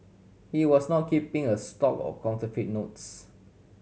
he was not keeping a stock of counterfeit notes